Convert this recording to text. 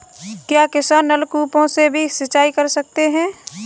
क्या किसान नल कूपों से भी सिंचाई कर सकते हैं?